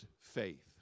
faith